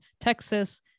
texas